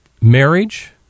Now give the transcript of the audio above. marriage